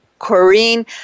Corrine